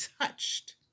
touched